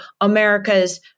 America's